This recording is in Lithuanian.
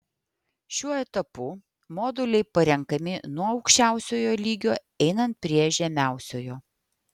šiuo etapu moduliai parenkami nuo aukščiausiojo lygio einant prie žemiausiojo